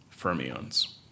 fermions